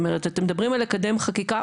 זאת אומרת אתם מדברים על לקדם חקיקה,